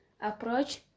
approach